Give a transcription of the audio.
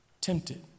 Tempted